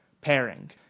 pairing